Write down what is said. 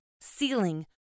ceiling